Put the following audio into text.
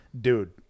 dude